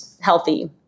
healthy